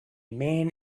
man